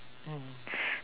mm